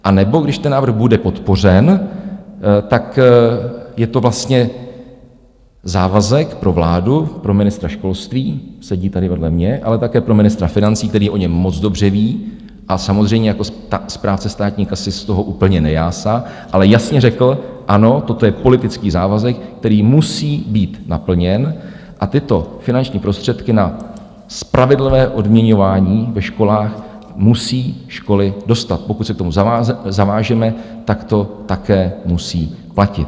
Anebo když ten návrh bude podpořen, tak je to vlastně závazek pro vládu, pro ministra školství sedí tady vedle mě ale také pro ministra financí, který o něm moc dobře ví a samozřejmě jako správce státní kasy z toho úplně nejásá, ale jasně řekl: Ano, toto je politický závazek, který musí být naplněn, a tyto finanční prostředky na spravedlivé odměňování ve školách musí školy dostat pokud se k tomu zavážeme, tak to také musí platit.